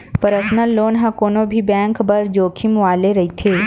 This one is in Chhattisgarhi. परसनल लोन ह कोनो भी बेंक बर जोखिम वाले रहिथे